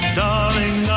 darling